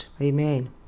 Amen